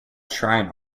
shrine